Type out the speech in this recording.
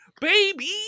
baby